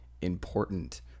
important